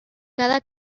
cada